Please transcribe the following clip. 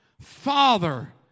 Father